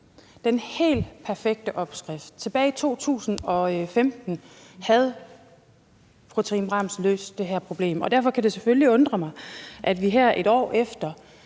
den helt perfekte opskrift. Tilbage i 2015 havde fru Trine Bramsen løst det her problem, og derfor kan det selvfølgelig undre mig, at vi her et år efter,